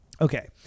Okay